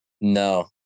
No